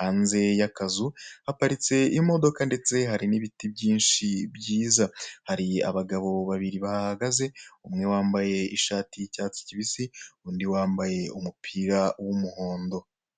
hanze y'akazu haparitse imodoko ndetse hari n'ibiti byinshi byiza, hari abagabo babiri bahahagaze, umwe wambaye ishati y'icyasti kibisi, undi wambaye umupira w'umuhondo.